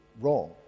wrong